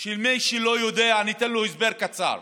מי שלא יודע, אתן הסבר קצר: